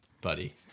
buddy